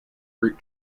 fruit